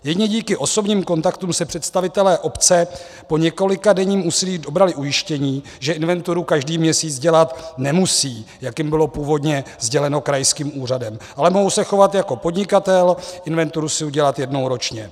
Jedině díky osobním kontaktům se představitelé obce po několikadenním úsilí dobrali ujištění, že inventuru každý měsíc dělat nemusejí, jak jim bylo původně sděleno krajským úřadem, ale mohou se chovat jako podnikatel a inventuru si udělat jednou ročně.